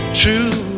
true